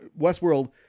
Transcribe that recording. Westworld